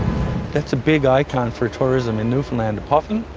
it's a big icon for tourism in newfoundland. a puffin,